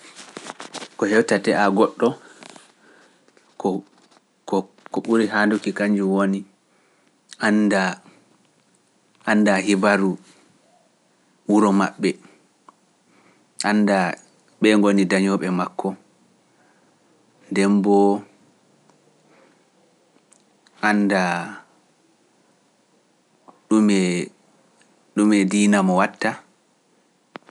Ko hewtate a goɗɗo, ko ɓuri handuki kanñum woni, anda, anda hibaru wuro maɓɓe, anda ɓee ngoni dañooɓe makko, nden mboo anda ɗume diina mo watta?